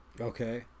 Okay